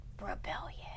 rebellion